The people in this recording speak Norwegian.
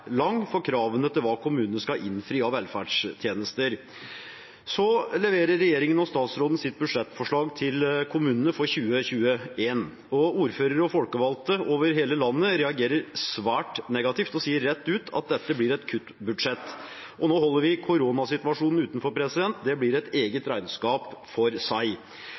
kravene til hva kommunene skal innfri av velferdstjenester, er lang. Så leverer regjeringen og statsråden sitt budsjettforslag til kommunene for 2021. Ordførere og folkevalgte over hele landet reagerer svært negativt og sier rett ut at dette blir et kuttbudsjett. Nå holder vi koronasituasjonen utenfor – det blir et regnskap for seg.